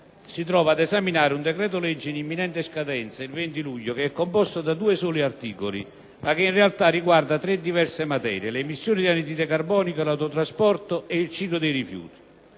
si trova oggi ad esaminare un decreto-legge di imminente scadenza (il 20 luglio) composto da due soli articoli ma che in realtà riguarda tre diverse materie: le emissioni di anidride carbonica, l'autotrasporto e il ciclo dei rifiuti.